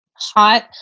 hot